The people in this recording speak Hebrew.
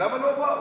למה לא באו?